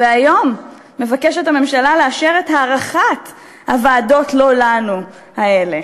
והיום מבקשת הממשלה לאשר את הארכת הוועדות לא-לנו האלה.